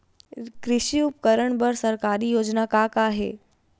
कृषि उपकरण बर सरकारी योजना का का हे?